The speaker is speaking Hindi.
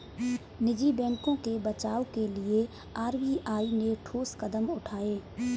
निजी बैंकों के बचाव के लिए आर.बी.आई ने ठोस कदम उठाए